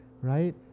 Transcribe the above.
right